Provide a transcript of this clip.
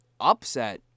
upset